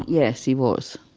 yes, he was.